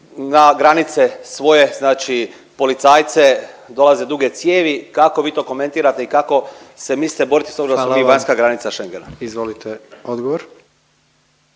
na granice svoje, znači policajce, dolaze duge cijevi. Kako vi to komentirate i kako se mislite boriti s obzirom da smo mi vanjska granica Schengena? **Jandroković,